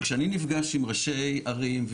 וכשאני נפגש עם ראשי ערים,